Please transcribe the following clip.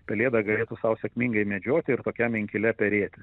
pelėda galėtų sau sėkmingai medžioti ir tokiam inkile perėti